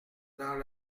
dans